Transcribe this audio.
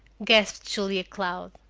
gasped julia cloud.